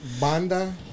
banda